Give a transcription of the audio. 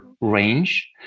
range